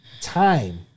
time